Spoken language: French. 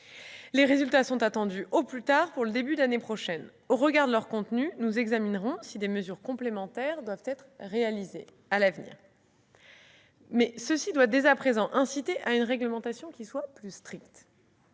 Les résultats sont attendus au plus tard pour le début de l'année prochaine. Au regard de leur contenu, nous examinerons si des mesures complémentaires doivent être réalisées. La situation doit dès à présent nous inciter à adopter une réglementation plus stricte.